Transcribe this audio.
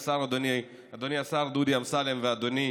אדוני השר דודי אמסלם ואדוני